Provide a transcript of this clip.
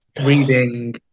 reading